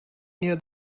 near